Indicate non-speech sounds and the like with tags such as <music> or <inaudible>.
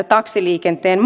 <unintelligible> taksiliikenteen <unintelligible>